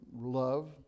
love